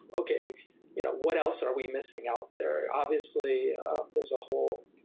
okay you know what else are we missing out there? obviously there is a whole